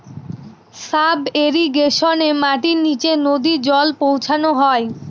sub ইর্রিগেশনে মাটির নীচে নদী জল পৌঁছানো হয়